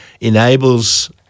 enables